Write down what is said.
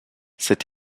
cette